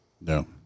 No